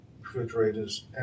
refrigerators